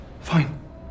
fine